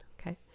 okay